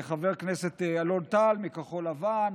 חבר הכנסת אלון טל מכחול לבן,